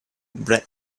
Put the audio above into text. black